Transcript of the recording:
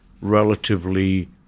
relatively